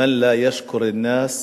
מַן לַא יַשְכֻּר אנ-נַאס